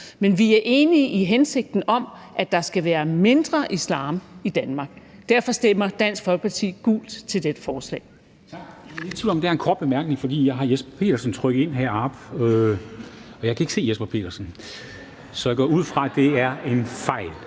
Men vi er enige i hensigten om, at der skal være mindre islam i Danmark. Derfor stemmer Dansk Folkeparti gult til dette forslag.